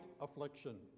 affliction